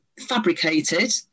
fabricated